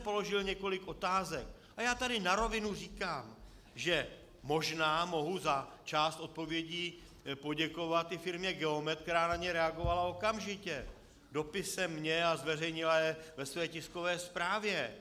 Položil jsem několik otázek a na rovinu tady říkám, že možná mohu za část odpovědí poděkovat i firmě Geomet, která na ně reagovala okamžitě dopisem mně a zveřejnila je ve své tiskové zprávě.